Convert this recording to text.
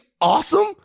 awesome